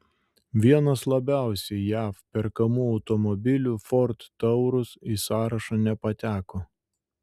vienas labiausiai jav perkamų automobilių ford taurus į sąrašą nepateko